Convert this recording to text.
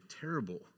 terrible